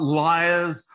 liars